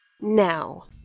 Now